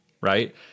right